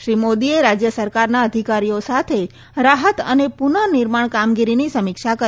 શ્રી મોદીએ રાજ્ય સરકારના અધિકારીઓ સાથે રાહત અને પુનઃ નિર્માણ કામગીરીની સમીક્ષા કરી